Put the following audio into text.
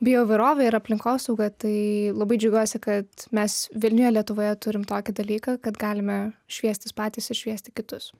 bioįvairovė ir aplinkosauga tai labai džiaugiuosi kad mes vilniuje lietuvoje turim tokį dalyką kad galime šviestis patys ir šviesti kitus